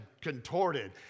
contorted